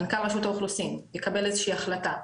מנכ"ל רשות האוכלוסין יקבל איזושהי החלטה,